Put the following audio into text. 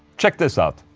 check this out